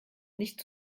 nicht